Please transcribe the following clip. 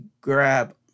grab